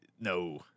No